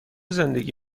زندگی